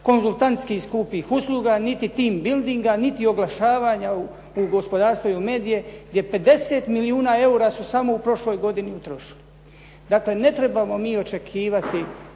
konzultantskih skupih usluga, niti team buildinga, niti oglašavanja u gospodarstvu i u medije, gdje 50 milijuna eura su samo u prošloj godini utrošili. Dakle, ne trebamo mi očekivati